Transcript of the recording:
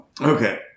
Okay